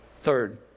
Third